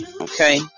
okay